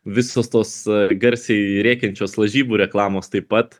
visos tos garsiai rėkiančios lažybų reklamos taip pat